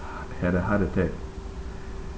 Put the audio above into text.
had a heart attack